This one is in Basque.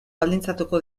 baldintzatuko